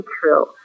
true